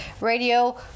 Radio